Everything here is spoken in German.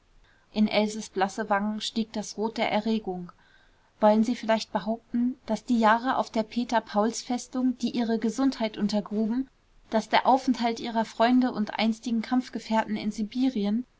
in elses blasse wangen stieg das rot der erregung wollen sie vielleicht behaupten daß die jahre auf der peter pauls festung die ihre gesundheit untergruben daß der aufenthalt ihrer freunde und einstigen kampfgefährten in sibirien